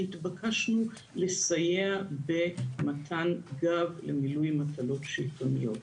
שהתבקשנו לסייע במתן גב למילוי מטלות שלטוניות.